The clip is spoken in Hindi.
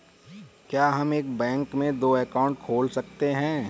क्या हम एक बैंक में दो अकाउंट खोल सकते हैं?